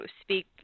speak